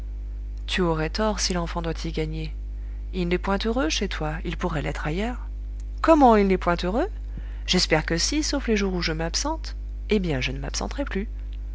tu aurais tort si l'enfant doit y gagner il n'est point heureux chez toi il pourrait l'être ailleurs comment il n'est point heureux j'espère que si sauf les jours où je m'absente eh bien je ne m'absenterai plus